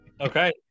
Okay